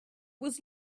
was